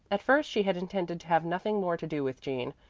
at first she had intended to have nothing more to do with jean,